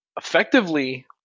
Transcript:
effectively